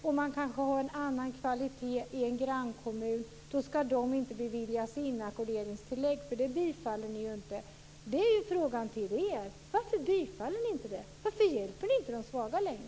Det kanske är en annan kvalitet i en grannkommun. Men de skall inte beviljas inackorderingstillägg, för det bifaller ni ju inte. Det är frågan till er: Varför bifaller ni inte det? Varför hjälper ni inte de svaga längre?